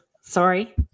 sorry